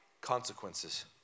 consequences